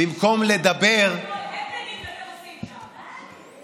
במקום לדבר, הפנינג אתם עושים שם.